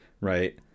right